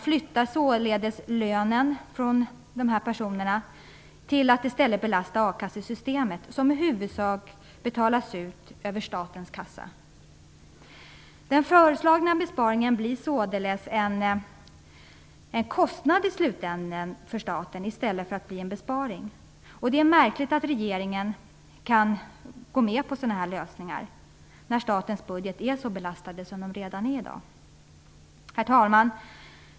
Man flyttar således dessa personer till att belasta akassesystemet, som i huvudsak betalas över statens kassa. Den föreslagna besparingen blir således en kostnad i slutändan för staten i stället för en besparing. Det är märkligt att regeringen kan gå med på sådana här lösningar när statens budget är så belastad som den är. Herr talman!